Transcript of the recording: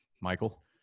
Michael